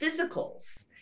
physicals